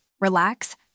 relax